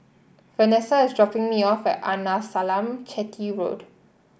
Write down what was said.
Vanessa is dropping me off at Arnasalam Chetty Road